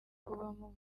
kubamo